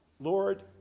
Lord